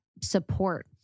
support